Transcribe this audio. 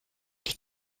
die